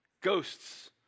ghosts